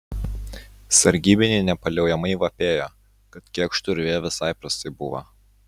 sargybiniai nepaliaujamai vapėjo kad kėkštui urve visai prastai buvo